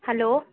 hello